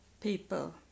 people